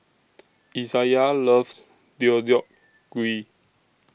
Izayah loves Deodeok Gui